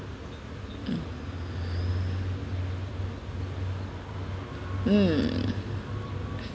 mm